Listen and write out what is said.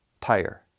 tire